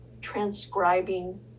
transcribing